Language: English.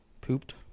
pooped